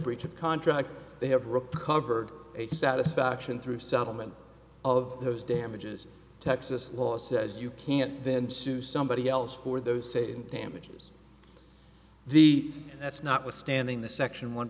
breach of contract they have recovered a satisfaction through settlement of those damages texas law says you can't then sue somebody else for those say damages the that's not withstanding the section one